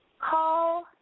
call